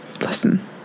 Listen